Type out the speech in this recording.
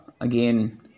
again